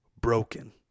broken